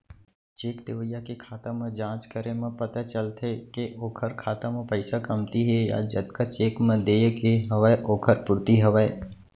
cheque देवइया के खाता म जाँच करे म पता चलथे के ओखर खाता म पइसा कमती हे या जतका चेक म देय के हवय ओखर पूरति हवय